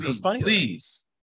please